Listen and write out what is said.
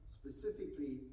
specifically